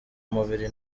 umubiri